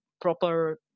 proper